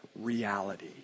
reality